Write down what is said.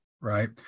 right